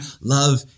love